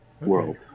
world